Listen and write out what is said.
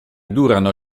durano